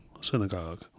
synagogue